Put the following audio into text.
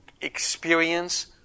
experience